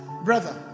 Brother